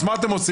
אז מה את עושים?